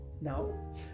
No